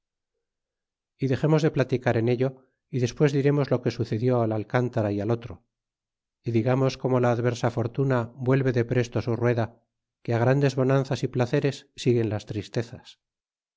y dexemos de platicar en ello y despues diremos lo que sucedió al alcántara y al oro y digamos como la adversa fortuna vuelve depresto su rueda que á grandes bonanzas y placeres siguen las tristezas